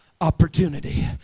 opportunity